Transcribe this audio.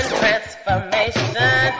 transformation